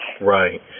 Right